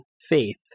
faith